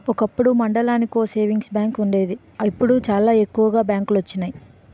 ఒకప్పుడు మండలానికో savings bank వుండేది ఇప్పుడు చాలా ఎక్కువగానే బ్యాంకులొచ్చినియి